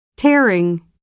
tearing